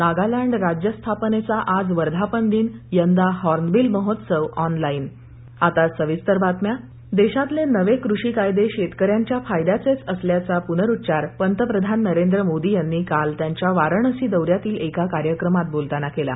नागालँड राज्य स्थापनेचा आज वर्धापन दिन यंदा हॉर्नबिल महोत्सव ऑनलाईन पंतप्रधान वाराणसी देशातले नवे कृषी कायदे शेतकऱ्यांच्या फायद्याचेच असल्याचा प्नरुच्चार पंतप्रधान नरेंद्र मोदी यांनी काल त्यांच्या वाराणसी दौऱ्यातील एका कार्यक्रमात बोलताना केला